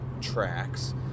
tracks